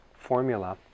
formula